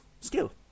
skill